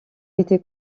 été